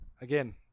again